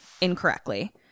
incorrectly